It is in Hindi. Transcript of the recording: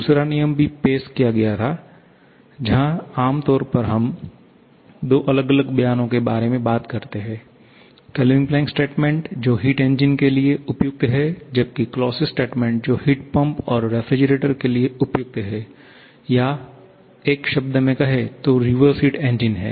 दूसरा नियम भी पेश किया गया था जहां आम तौर पर हम दो अलग अलग बयानों के बारे में बात करते हैं केल्विन प्लैंक स्टेटमेंट जो हीट इंजन heat engine के लिए उपयुक्त है जबकि क्लॉजियस स्टेटमेंट जो हीट पंप और रेफ्रिजरेटर के लिए उपयुक्त है या एक शब्द में कहे तो रिवर्स हीट इंजन है